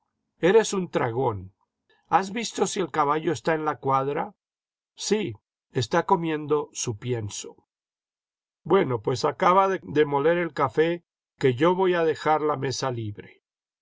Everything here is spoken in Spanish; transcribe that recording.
eres un tragón has visto si el caballo está en la cuadra sí está comiendo su pienso bueno pues acaba de moler el café que yo voy a dejar la mesa libre